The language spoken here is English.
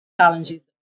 challenges